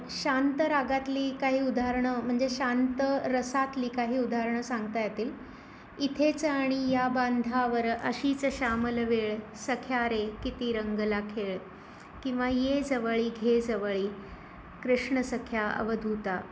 शांत रागातली काही उदाहरणं म्हणजे शांत रसातली काही उदाहरणं सांगता येतील इथेच आणि या बांधावर अशीच शामल वेळ सख्या रे किती रंगला खेळ किंवा ये जवळी घे जवळी कृष्ण सख्या अवधूता